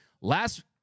last